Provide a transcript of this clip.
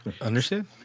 understood